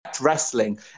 wrestling